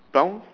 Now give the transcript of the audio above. don't